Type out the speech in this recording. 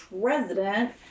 President